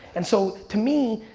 and so to me,